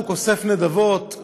אוסף נדבות,